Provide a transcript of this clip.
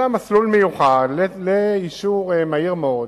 אלא מסלול מיוחד לאישור מהיר מאוד,